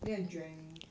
then I drank